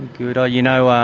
good. you know